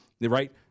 right